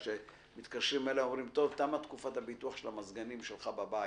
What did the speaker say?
שמתקשרים אליך ואומרים: "תמה תקופת הביטוח של המזגנים שלך בבית."